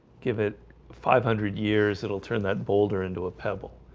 give it five hundred years. it'll turn that boulder into a pebble